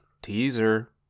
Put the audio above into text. teaser